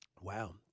Wow